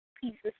pieces